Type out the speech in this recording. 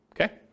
Okay